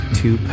two